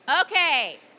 Okay